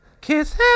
kiss